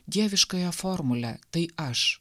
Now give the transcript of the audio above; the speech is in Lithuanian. dieviškąja formule tai aš